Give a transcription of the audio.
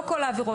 לא כל העבירות.